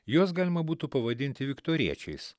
juos galima būtų pavadinti viktoriečiais